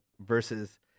versus